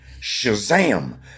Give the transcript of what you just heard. shazam